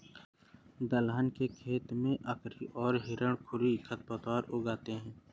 दलहन के खेत में अकरी और हिरणखूरी खरपतवार उग आते हैं